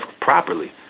properly